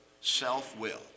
self-will